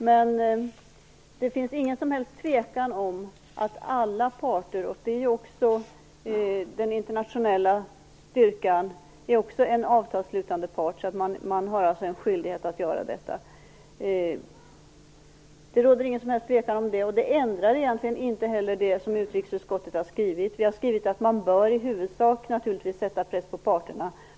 Men det finns ingen som helst tvekan om att alla parter har skyldighet att göra detta, och den internationella styrkan är också en avtalsslutande part. Det råder ingen som helst tvekan om det. Det ändrar egentligen inte heller det som utrikesutskottet har skrivit. Vi har skrivit att man i huvudsak naturligtvis bör sätta press på parterna.